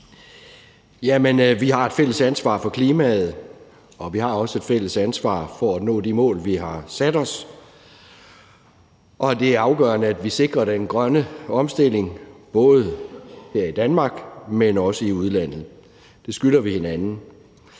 Vi har et fælles ansvar for klimaet, og vi har også et fælles ansvar for at nå de mål, vi har sat os. Det er afgørende, at vi sikrer den grønne omstilling både her i Danmark, men også i udlandet. Det skylder vi hinanden.